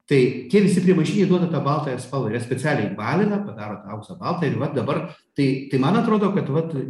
tai tie visi primaišiniai duoda baltąją spalvą ir ją specialiai balina padaro tą auksą baltą ir vat dabar tai tai man atrodo kad vat